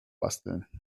basteln